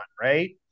right